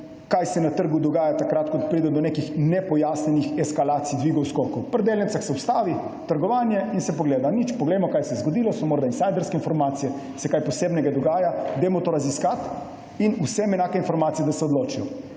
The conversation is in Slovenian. kaj se ne trgu dogaja takrat, ko pride do nekih nepojasnjenih eskalacij, dvigov, skokov. Pri delnicah se ustavi trgovanje in se pogleda, kaj se je zgodilo. Ali so morda insajderske informacije, se kaj posebnega dogaja? Dajmo to raziskati in vsem enake informacije, da se odločijo.